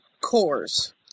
cores